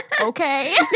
okay